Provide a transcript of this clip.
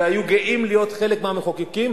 והיו גאים להיות חלק מהמחוקקים,